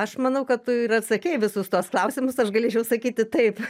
aš manau kad tu ir atsakei į visus tuos klausimus aš galėčiau sakyti taip